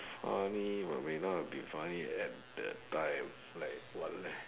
funny but may not be funny at the time like what leh